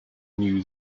knew